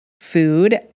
food